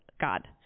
God